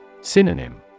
Synonym